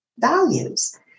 values